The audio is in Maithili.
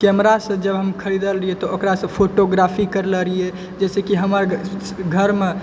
कैमरा जब हम खरीदलियै तऽ ओकरा से हम फोटोग्राफी करलो रहियै जाहि से कि हमर घरमे